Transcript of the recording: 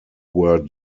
were